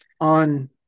on